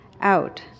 out